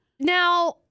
Now